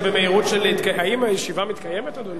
האם הישיבה מתקיימת, אדוני?